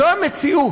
זו המציאות,